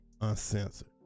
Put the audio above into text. uncensored